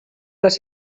les